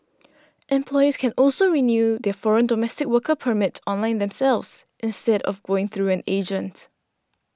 employers can also renew their foreign domestic worker permits online themselves instead of going through an agent